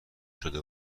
شده